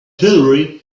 hillary